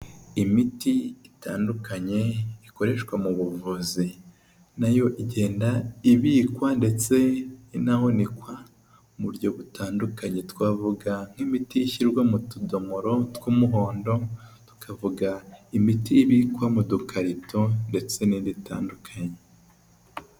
Imiti itandukanye ikoreshwa mu buvuzi, nayo igenda ibikwa ndetse inahunikwa mu buryo butandukanye, twavuga nk'imiti ishyirwa mu tudomoro tw'umuhondo, tukavuga imiti ibikwa mu dukarito ndetse n'indi itandukanye.